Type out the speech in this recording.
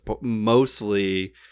mostly